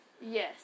Yes